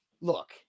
Look